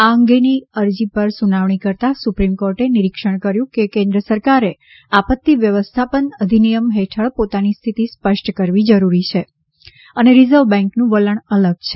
આ અંગેની અરજી પર સુનાવણી કરતાં સુપ્રીમ કોર્ટે નિરીક્ષણ કર્યું છે કે કેન્દ્ર સરકારે આપત્તિ વ્યવસ્થાપન અધિનિયમ હેઠળ પોતાની સ્થિતિ સ્પષ્ટ કરવી જરૂરી છે અને રિઝર્વ બેન્કનું વલણ અલગ છે